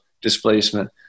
displacement